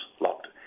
locked